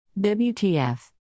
WTF